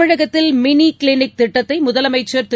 தமிழகத்தில் mini clinic திட்டத்தை முதலமைச்சர் திரு